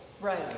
Right